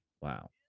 Wow